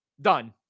done